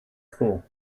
school